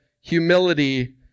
humility